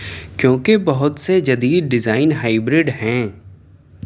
کیوں کہ بہت سے جدید ڈیزائن ہائبرڈ ہیں